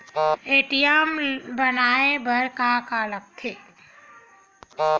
ATM बनवाय बर का का लगथे?